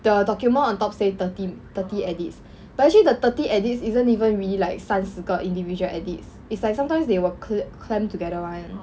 the document on top say thirteen thirty edits but actually the thirty edits isn't even really like 三十个 individual edits is like sometimes they will cla~ clamp together [one]